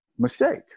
Mistake